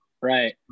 right